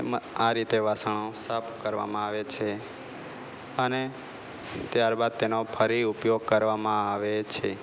એમ આ રીતે વાસણો સાફ કરવામાં આવે છે અને ત્યારબાદ તેનો ફરી ઉપયોગ કરવામાં આવે છે